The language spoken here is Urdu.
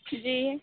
جی